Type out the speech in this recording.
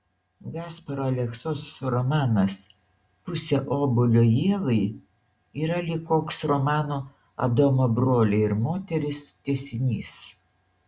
gasparo aleksos romanas pusė obuolio ievai yra lyg koks romano adomo broliai ir moterys tęsinys